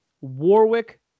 Warwick